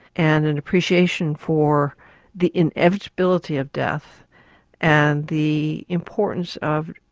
and an appreciation for the inevitability of death and the importance of,